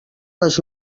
les